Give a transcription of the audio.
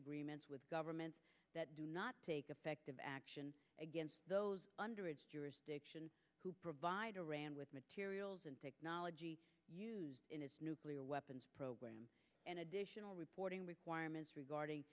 agreements with governments that do not take effective action against those underage jurisdiction who provide a ram with materials and technology used in its nuclear weapons program and additional reporting requirements regarding